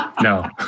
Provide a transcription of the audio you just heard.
No